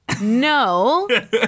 No